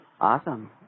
Awesome